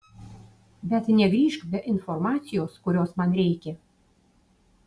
bet negrįžk be informacijos kurios man reikia